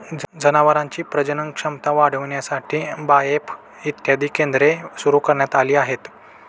जनावरांची प्रजनन क्षमता वाढविण्यासाठी बाएफ इत्यादी केंद्रे सुरू करण्यात आली आहेत